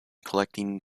collecting